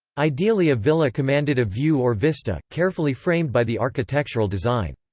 ideally a villa commanded a view or vista, carefully framed by the architectural design.